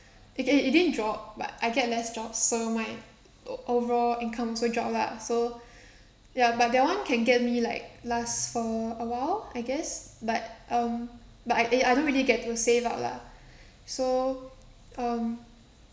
it it it didn't drop but I get less jobs so my o~ overall income also drop lah so ya but that one can get me like last for a while I guess but um but I eh I don't really get to save up lah so um